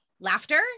laughter